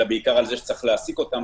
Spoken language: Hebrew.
אלא בעיקר על זה שצריך להעסיק אותם.